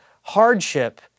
hardship